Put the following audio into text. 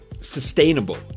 sustainable